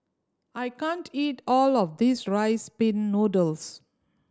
I can't eat all of this Rice Pin Noodles